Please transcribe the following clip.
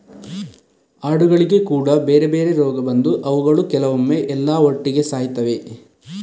ಆಡುಗಳಿಗೆ ಕೂಡಾ ಬೇರೆ ಬೇರೆ ರೋಗ ಬಂದು ಅವುಗಳು ಕೆಲವೊಮ್ಮೆ ಎಲ್ಲಾ ಒಟ್ಟಿಗೆ ಸಾಯ್ತವೆ